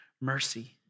mercy